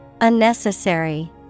Unnecessary